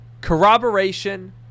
Corroboration